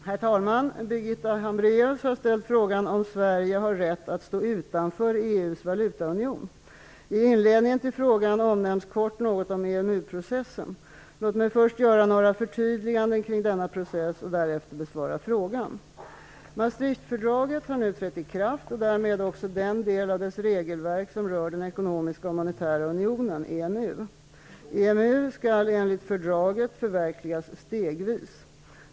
Herr talman! Birgitta Hambraeus har ställt frågan om Sverige har rätt att stå utanför EU:s valutaunion. I inledningen till frågan omnämns kort något om EMU-processen. Låt mig först göra några förtydliganden kring denna process och därefter besvara frågan. Maastrichtfördraget har nu trätt i kraft och därmed också den del av dess regelverk som rör den ekonomiska och monetära unionen . EMU skall enligt fördraget förverkligas stegvis.